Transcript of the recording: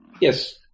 Yes